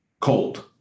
Cold